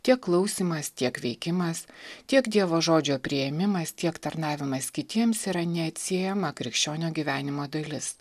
tiek klausymas tiek veikimas tiek dievo žodžio priėmimas tiek tarnavimas kitiems yra neatsiejama krikščionio gyvenimo dalis